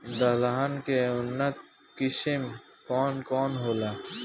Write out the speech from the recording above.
दलहन के उन्नत किस्म कौन कौनहोला?